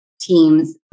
teams